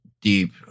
deep